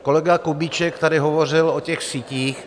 Kolega Kubíček tady hovořil o sítích.